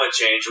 change